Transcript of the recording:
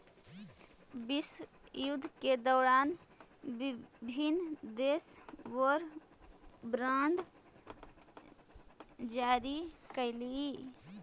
विश्वयुद्ध के दौरान विभिन्न देश वॉर बॉन्ड जारी कैलइ